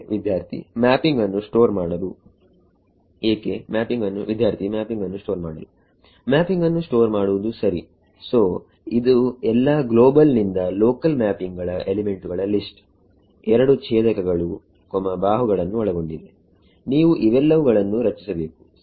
ವಿದ್ಯಾರ್ಥಿಮ್ಯಾಪಿಂಗ್ ಅನ್ನು ಸ್ಟೋರ್ ಮಾಡಲು ಮ್ಯಾಪಿಂಗ್ ಅನ್ನು ಸ್ಟೋರ್ ಮಾಡುವುದು ಸರಿ ಸೋಇದು ಎಲ್ಲಾ ಗ್ಲೋಬಲ್ ನಿಂದ ಲೋಕಲ್ ಮ್ಯಾಪಿಂಗ್ ಗಳ ಎಲಿಮೆಂಟುಗಳ ಲಿಸ್ಟ್ಎರಡು ಛೇದಕಗಳುಬಾಹುಗಳನ್ನು ಒಳಗೊಂಡಿದೆ ನೀವು ಇವೆಲ್ಲವುಗಳನ್ನು ರಚಿಸಬೇಕು ಸರಿ